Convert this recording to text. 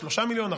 3 מיליון,